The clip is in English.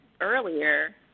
earlier